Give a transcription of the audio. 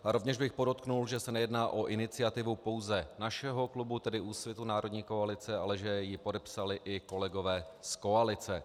Rovněž bych podotkl, že se nejedná o iniciativu pouze našeho klubu, tedy Úsvitu národní koalice, ale že ji podepsali i kolegové z koalice.